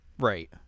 Right